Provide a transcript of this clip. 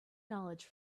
knowledge